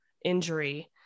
injury